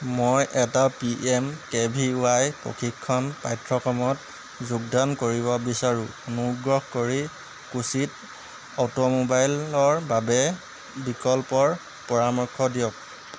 মই এটা P M K V Y প্ৰশিক্ষণ পাঠ্যক্ৰমত যোগদান কৰিব বিচাৰোঁ অনুগ্ৰহ কৰি কোচিত অটোমোবাইলৰ বাবে বিকল্পৰ পৰামৰ্শ দিয়ক